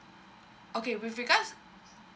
okay with regards